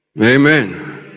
Amen